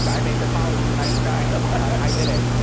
but i made the call. he's a nice guy. i did it.